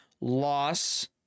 loss